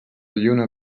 lluna